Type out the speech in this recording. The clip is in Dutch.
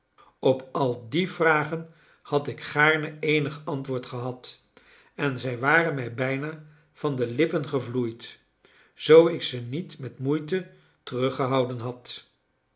op al die vragen had ik gaarne eenig antwoord gehad en zij waren mij bijna van de lippen gevloeid zoo ik ze niet met moeite teruggehouden had